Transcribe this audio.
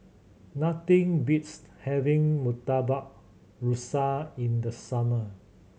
nothing beats having Murtabak Rusa in the summer